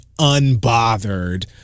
unbothered